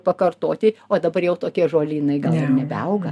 pakartoti o dabar jau tokie žolynai gal jau nebeauga